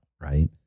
right